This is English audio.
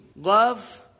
Love